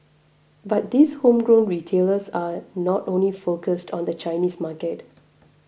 but these homegrown retailers are not only focused on the Chinese market